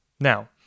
Now